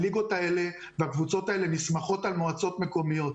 הליגות האלה והקבוצות האלה נסמכות על מועצות מקומיות.